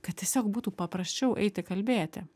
kad tiesiog būtų paprasčiau eiti kalbėti